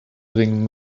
bringen